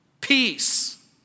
Peace